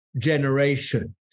generation